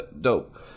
dope